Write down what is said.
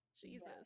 jesus